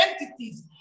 entities